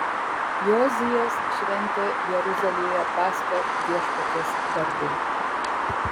jozijas šventė jeruzalėje paschą viešpaties garbei